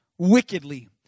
wickedly